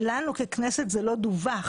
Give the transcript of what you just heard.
לנו ככנסת זה לא דווח